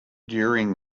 during